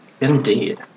Indeed